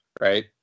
right